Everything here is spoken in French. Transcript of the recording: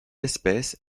espèce